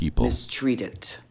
mistreated